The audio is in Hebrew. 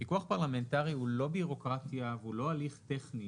פיקוח פרלמנטרי הוא לא בירוקרטיה והוא לא הליך טכני,